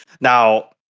now